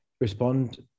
respond